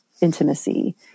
intimacy